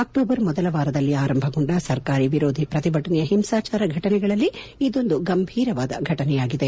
ಅಕ್ಸೋಬರ್ ಮೊದಲ ವಾರದಲ್ಲಿ ಆರಂಭಗೊಂಡ ಸರ್ಕಾರಿ ವಿರೋಧಿ ಪ್ರತಿಭಟನೆಯ ಹಿಂಸಾಚಾರ ಘಟನೆಗಳಲ್ಲಿ ಇದೊಂದು ಗಂಭೀರವಾದ ಘಟನೆಯಾಗಿದೆ